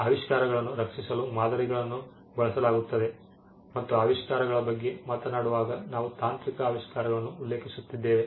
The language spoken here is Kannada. ಆವಿಷ್ಕಾರಗಳನ್ನು ರಕ್ಷಿಸಲು ಮಾದರಿಗಳನ್ನು ಬಳಸಲಾಗುತ್ತದೆ ಮತ್ತು ನಾವು ಆವಿಷ್ಕಾರಗಳ ಬಗ್ಗೆ ಮಾತನಾಡುವಾಗ ನಾವು ತಾಂತ್ರಿಕ ಆವಿಷ್ಕಾರಗಳನ್ನು ಉಲ್ಲೇಖಿಸುತ್ತಿದ್ದೇವೆ